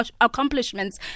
accomplishments